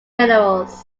minerals